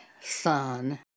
son